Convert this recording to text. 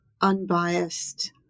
unbiased